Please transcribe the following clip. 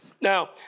Now